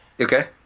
Okay